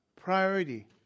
priority